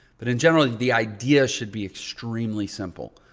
but in general the idea should be extremely simple.